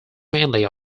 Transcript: mainly